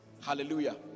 Hallelujah